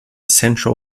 central